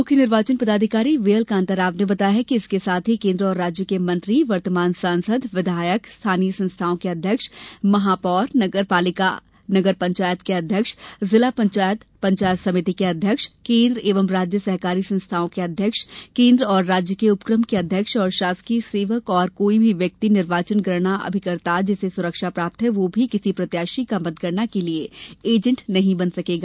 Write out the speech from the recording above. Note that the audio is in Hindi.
मुख्य निर्वाचन पदाधिकारी व्हीएल कान्ता राव ने बताया कि इसके साथ ही केन्द्र और राज्य के मंत्री वर्तमान सांसद विधायक स्थानीय संस्थाओं के अध्यक्ष महापौर नगर पालिका नगर पंचायत के अध्यक्ष जिला पंचायत पंचायत समिति के अध्यक्ष केन्द्र एवं राज्य सहकारी संस्थाओं के अध्यक्ष केन्द्र और राज्य के उपक्रम के अध्यक्ष और शासकीय सेवक और कोई भी व्यक्ति निर्वाचनगणना अभिकर्ता जिसे सुरक्षा प्राप्त है वह भी किसी प्रत्याशी का मतगणना के लिये एजेन्ट नहीं बन सकेगा